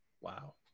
wow